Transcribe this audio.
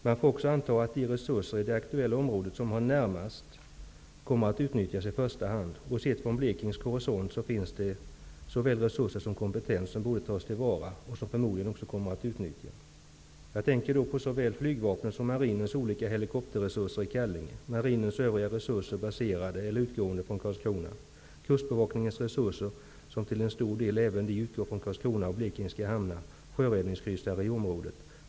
Man kan också anta att de resurser som finns närmast i det aktuella området i första hand kommer att utnyttjas. Sett från blekingsk horisont finns det såväl resurser som kompetens som borde tas till vara och som förmodligen också kommer att utnyttjas. Jag tänker då på Flygvapnets och Marinens olika helikopterresurser i Kallinge, på Marinens övriga resurser baserade i eller utgående från Karlskrona, på Kustbevakningens resurser, som till stor del utgår från Karlskrona och blekingska hamnar, och på sjöräddningskryssare i området.